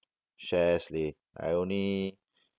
shares leh I only